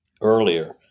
earlier